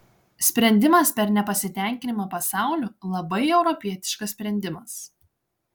sprendimas per nepasitenkinimą pasauliu labai europietiškas sprendimas